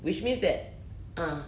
which means that ah